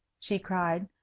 she cried,